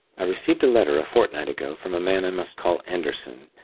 i received a letter a fortnight ago from a man i must call anderson,